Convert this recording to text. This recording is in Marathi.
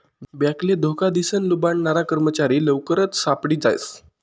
बॅकले धोका दिसन लुबाडनारा कर्मचारी लवकरच सापडी जास